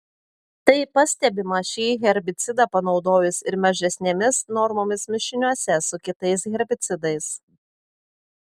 tai pastebima šį herbicidą panaudojus ir mažesnėmis normomis mišiniuose su kitais herbicidais